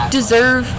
deserve